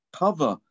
cover